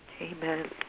Amen